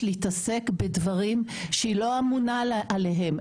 להתעסק בדברים שהיא לא אמונה עליהם.